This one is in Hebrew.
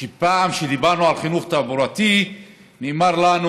פעם, כשדיברנו על חינוך תעבורתי נאמר לנו: